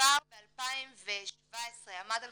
המספר ב-2017 עמד על